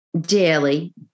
daily